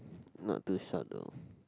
not too short though